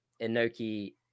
Inoki